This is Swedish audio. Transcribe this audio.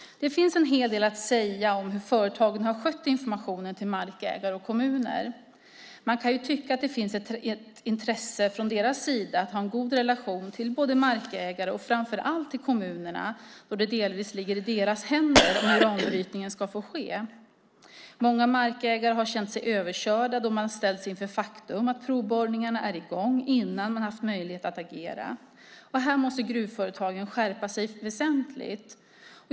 Det finns en hel del att säga om hur företagen har skött informationen till markägare och kommuner. Man kan tycka att det borde finnas ett intresse från deras sida av att ha en god relation till både markägare och, framför allt, till kommuner då tillstånd till uranbrytning delvis ligger i deras händer. Många markägare har känt sig överkörda då de har ställts inför faktum: Provborrningarna är i gång innan de har haft möjlighet att agera. Här måste gruvföretagen skärpa sig väsentligt.